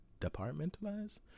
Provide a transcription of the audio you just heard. Departmentalize